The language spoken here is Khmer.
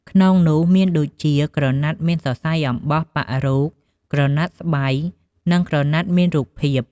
ក្នុងនោះមានដូចជាក្រណាត់មានសរសៃអំបោះប៉ាក់រូប ក្រណាត់ស្បៃ និង ក្រណាត់មានរូបភាព។